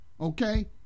Okay